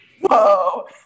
whoa